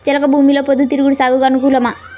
చెలక భూమిలో పొద్దు తిరుగుడు సాగుకు అనుకూలమా?